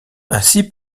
aussi